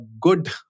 good